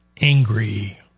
angry